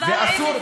זה אסור.